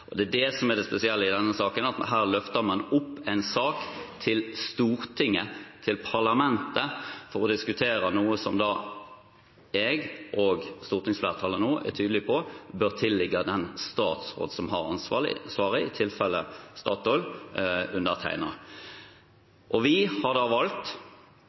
selskapene. Det er det som er det spesielle i denne saken: Man løfter opp en sak til Stortinget – parlamentet – for å diskutere noe som jeg og stortingsflertallet nå er tydelige på at bør tilligge den statsråden som har ansvaret, i tilfellet med Statoil er det undertegnede. Vi, jeg og regjeringen, har da valgt